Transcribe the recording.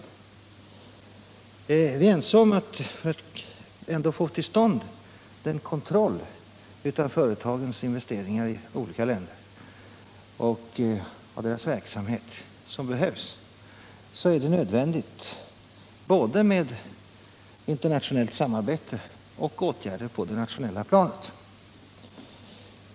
Men när vi är ense om att — Nr 25 ändå få till stånd den kontroll av företagens investeringar i olika länder Fredagen den och av deras verksamhet som behövs är det nödvändigt med både in 11 november 1977 ternationellt samarbete och åtgärder på det nationella planet.